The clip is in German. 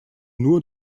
nur